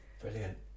Brilliant